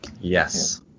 Yes